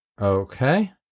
Okay